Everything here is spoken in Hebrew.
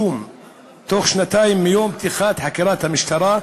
שאם לא הוגש כתב-אישום בתוך שנתיים מיום פתיחת חקירת המשטרה,